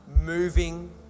moving